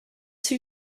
two